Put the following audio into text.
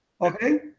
Okay